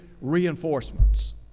reinforcements